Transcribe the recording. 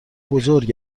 بزرگ